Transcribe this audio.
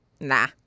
Nah